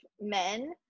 men